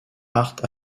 art